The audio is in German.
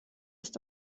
ist